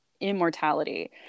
immortality